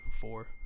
four